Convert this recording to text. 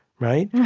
right?